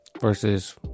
versus